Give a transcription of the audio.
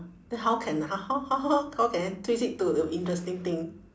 then how can I h~ how how how how how can I twist it to i~ interesting thing